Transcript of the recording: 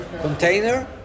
container